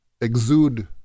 exude